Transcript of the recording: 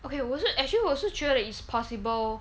okay 我是 actually 我是觉得 it's possible